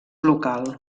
local